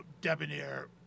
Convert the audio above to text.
debonair